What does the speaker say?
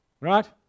right